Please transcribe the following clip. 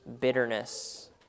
bitterness